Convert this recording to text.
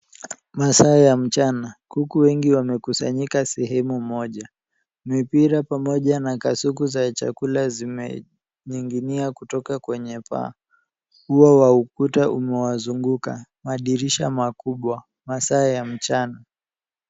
Masaa ya mchana. Kuku wengi wamekusanyika sehemu moja. Mipira pamoja na kasuku za chakula zimening'inia kutoka kwenye paa. Ua wa ukuta umewazunguka. Madirisha makubwa, masaa ya mchana.